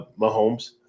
Mahomes